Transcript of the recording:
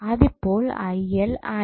അതിപ്പോൾ ആയി